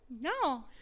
no